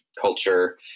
culture